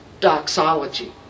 doxology